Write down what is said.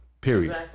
period